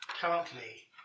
currently